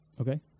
okay